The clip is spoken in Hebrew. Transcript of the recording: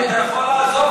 אתה יכול לעזוב,